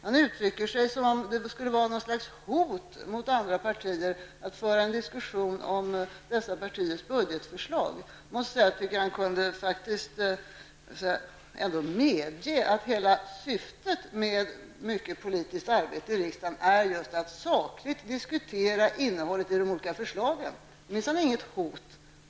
Han framställer det som om det skulle vara något slags hot mot de andra partierna att föra en diskussion om dessa partiers budgetförslag. Han borde väl ändå medge att en stor del av det politiska arbetet i riksdagen är att sakligt diskutera innehållet i de olika förslagen. Det är minsann inget hot mot partierna att göra det.